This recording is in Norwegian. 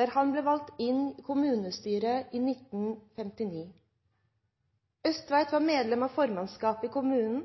der han ble valgt inn i kommunestyret i 1959. Østtveit var medlem av formannskapet i kommunen,